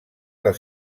del